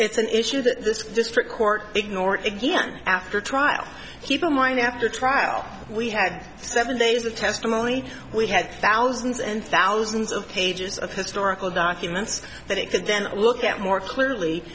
it's an issue that this district court ignore it again after trial keep in mind after trial we had seven days of testimony we had thousands and thousands of pages of historical documents that it could then look at more clearly